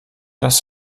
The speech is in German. das